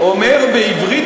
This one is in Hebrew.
בעברית,